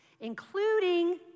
including